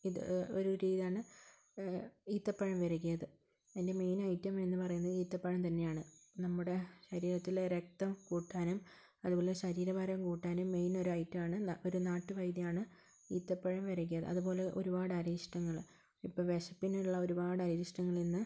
ഇത് ഒരു രീതിയാണ് ഈത്തപ്പഴം വെരകിയത് അതിൻ്റെ മെയിൻ ഐറ്റം എന്നു പറയുന്നത് ഈത്തപ്പഴം തന്നെയാണ് നമ്മുടെ ശരീരത്തിലെ രക്തം കൂട്ടാനും അതുപോലെ ശരീരഭാരം കൂട്ടാനും മെയിൻ ഒരു ഐറ്റം ആണ് ഒരു നാട്ടുവൈദ്യം ആണ് ഈത്തപ്പഴം വെരകിയത് അതുപോലെ ഒരുപാട് അരിഷ്ടങ്ങൾ ഇപ്പോൾ വിശപ്പിനുള്ള ഒരുപാട് അരിഷ്ടങ്ങൾ ഇന്ന്